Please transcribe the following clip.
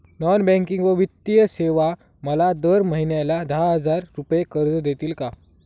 Non banking व वित्तीय सेवा मला दर महिन्याला दहा हजार रुपये कर्ज देतील का?